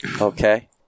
Okay